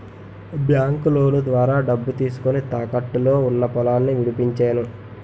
బాంకులోను ద్వారా డబ్బు తీసుకొని, తాకట్టులో ఉన్న పొలాన్ని విడిపించేను